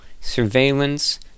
Surveillance